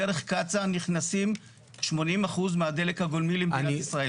דרך קצא"א נכנסים 80% מהדלק הגולמי למדינת ישראל.